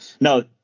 no